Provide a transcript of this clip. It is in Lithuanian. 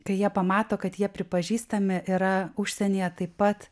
kai jie pamato kad jie pripažįstami yra užsienyje taip pat